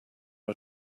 are